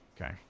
Okay